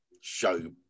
show